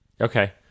Okay